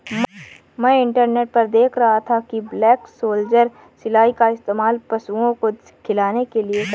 मैं इंटरनेट पर देख रहा था कि ब्लैक सोल्जर सिलाई का इस्तेमाल पशुओं को खिलाने के लिए करते हैं